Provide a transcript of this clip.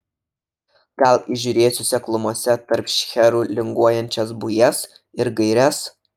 gal įžiūrėsiu seklumose tarp šcherų linguojančias bujas ir gaires